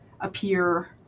appear